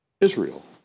Israel